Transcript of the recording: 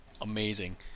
amazing